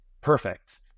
perfect